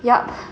yup